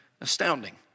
Astounding